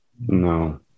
No